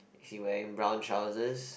is he wearing brown trousers